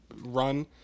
run